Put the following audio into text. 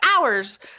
hours